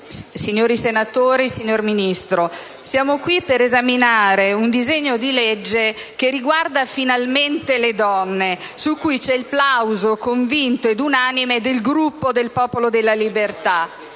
signori senatori, signor Ministro, ci accingiamo a deliberare su un disegno di legge che riguarda finalmente le donne, su cui c'è il plauso convinto ed unanime del Gruppo del Popolo della Libertà.